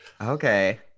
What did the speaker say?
okay